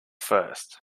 first